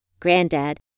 Granddad